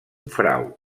frau